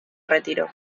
retiró